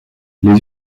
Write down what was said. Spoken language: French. les